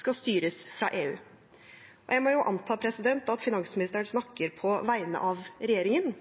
skal styres fra EU. Jeg må jo anta at finansministeren snakker på vegne av regjeringen,